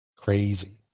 crazy